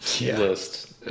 list